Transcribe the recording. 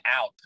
out